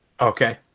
Okay